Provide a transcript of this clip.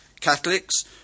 Catholics